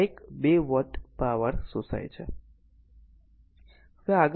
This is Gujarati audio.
તેથી આ એક r આ 2 વોટ પાવર શોષાય છે